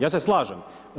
Ja se slažem.